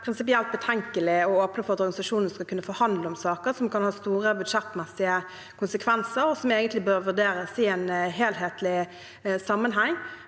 betenkelig å åpne for at organisasjonene skal kunne forhandle om saker som kan ha store budsjettmessige konsekvenser, og som bør vurderes i en helhetlig sammenheng.